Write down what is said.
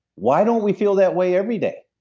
why don't we feel that way every day?